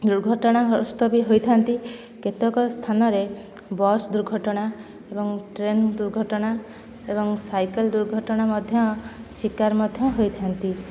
ଦୁର୍ଘଟଣାଗ୍ରସ୍ତ ବି ହୋଇଥାନ୍ତି କେତେକ ସ୍ଥାନରେ ବସ୍ ଦୁର୍ଘଟଣା ଏବଂ ଟ୍ରେନ୍ ଦୁର୍ଘଟଣା ଏବଂ ସାଇକେଲ୍ ଦୁର୍ଘଟଣା ମଧ୍ୟ ଶିକାର ମଧ୍ୟ ହୋଇଥାନ୍ତି